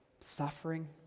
suffering